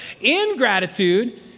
Ingratitude